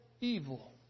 evil